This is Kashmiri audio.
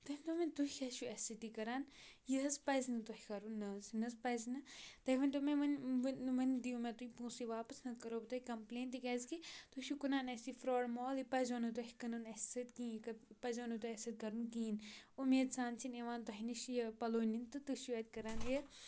تُہۍ ؤنیوٗ ؤنۍ تُہۍ کیٛاہ چھُ اَسہِ سۭتۍ یہِ کَران یہِ حظ پَزِ نہٕ تۄہہِ کَرُن نہ حظ یہِ نہ حظ پَزِ نہٕ تُہۍ ؤنۍ تَو مےٚ وۄنۍ وَنۍ دِیو مےٚ تُہۍ پونٛسٕے واپَس نَتہٕ کَرو بہٕ تۄہہِ کَمپٕلین تِکیٛازِکہِ تُہۍ چھُو کٕنان اَسہِ یہِ فرٛاڈ مال یہِ پَزیو نہٕ تۄہہِ کٕنُن اَسہِ سۭتۍ کِہیٖنۍ یہِ پَزیو نہٕ تۄہہِ اَسہِ سۭتۍ کَرُن کِہیٖنۍ اُمید سان چھِ نِوان تۄہہِ نِش یہِ پَلو نِنۍ تہٕ تُہۍ چھُو اَتہِ کَران یہِ